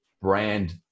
brand